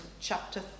chapter